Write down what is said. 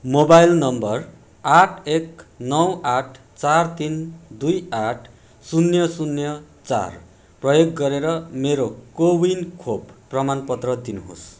mobile number आठ एक नौ आठ चार तिन दुई आठ शून्य शून्य चार प्रयोग गरेर मेरो कोविन खोप प्रमाणपत्र दिनुहोस्